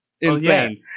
insane